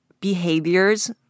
behaviors